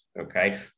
okay